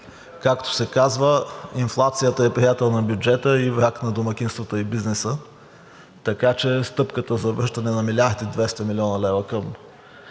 Както се казва, инфлацията е приятел на бюджета и враг на домакинствата и бизнеса, така че стъпката за връщане на милиард